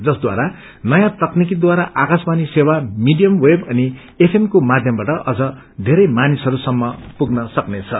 जसद्वारा नयाँ तकनीकद्वारा आकाशवाणी सेवा मीडियम वेब अनि एफएम को माध्यमबाट अझ बेरै मानिसहरूलाई पुग्न सक्नेछ